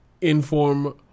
Inform